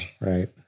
right